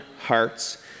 hearts